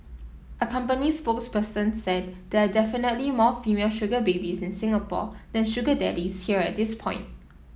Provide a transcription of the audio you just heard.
a company spokesperson said there are definitely more female sugar babies in Singapore than sugar daddies here at this point